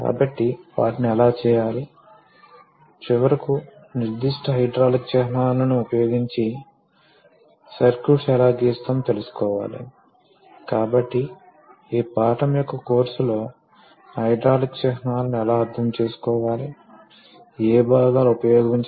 కాబట్టి ఫోర్స్ లను ప్రసారం చేయడానికి ద్రవాలు కుదింపుకి లోను కావు అనబడే ఈ ప్రొపర్టి ని ఉపయోగిస్తాము కాబట్టి వివిధ పరిస్థితులలో భారీ భారాలకు వ్యతిరేకంగా చాలా ఖచ్చితమైన కదలికలను సృష్టించడానికి ప్రాథమికంగా హైడ్రాలిక్ కంట్రోల్ సిస్టమ్స్ ఉపయోగిస్తారు